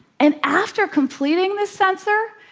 and after completely the sensor,